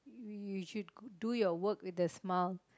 you you should do your work with a smile